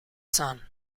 son